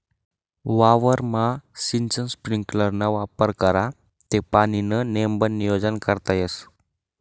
वावरमा सिंचन स्प्रिंकलरना वापर करा ते पाणीनं नेमबन नियोजन करता येस